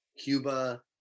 Cuba